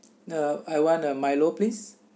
uh I want a milo please